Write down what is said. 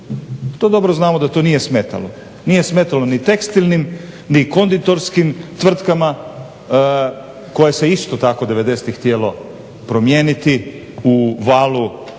To dobro znamo da to nije smetalo. Nije smetalo ni tekstilnim ni konditorskim tvrtkama koja se isto tako devedesetih htjelo promijeniti u valu